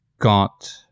got